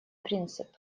принцип